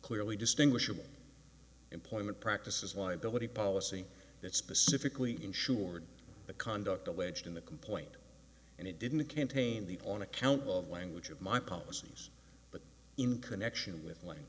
clearly distinguishable employment practices liability policy that specifically insured the conduct alleged in the complaint and it didn't contain the on account of language of my policies but in connection with l